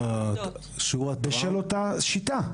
בשל אותה שיטה.